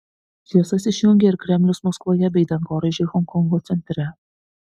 šviesas išjungė ir kremlius maskvoje bei dangoraižiai honkongo centre